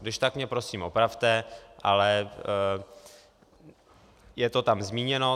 Kdyžtak mě prosím opravte, ale je to tam zmíněno.